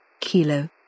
Kilo